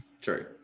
True